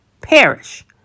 perish